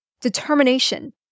Determination